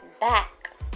back